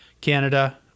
Canada